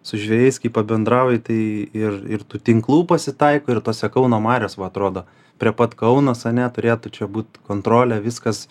su žvejais kai pabendrauji tai ir ir tų tinklų pasitaiko ir tose kauno marios va atrodo prie pat kaunas ane turėtų čia būt kontrolė viskas